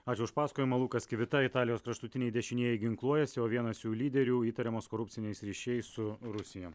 aš už pasakojimą lukas kvita italijos kraštutiniai dešinieji ginkluojasi o vienas jų lyderių įtariamas korupciniais ryšiais su rusija